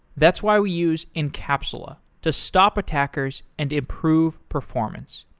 that's why we use encapsula to stop attackers and improve performance.